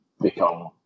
become